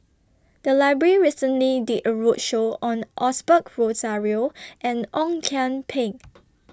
The Library recently did A roadshow on Osbert Rozario and Ong Kian Peng